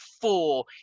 four